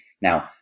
Now